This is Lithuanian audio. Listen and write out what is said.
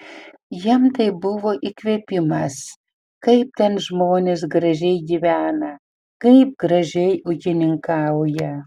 jam tai buvo įkvėpimas kaip ten žmonės gražiai gyvena kaip gražiai ūkininkauja